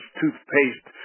toothpaste